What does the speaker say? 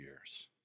years